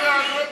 11)